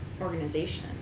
organization